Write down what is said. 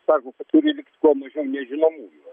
sako kad turi likti kuo mažiau nežinomųjų